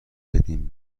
بدین